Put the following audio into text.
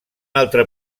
altre